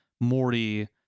Morty